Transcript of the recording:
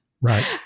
Right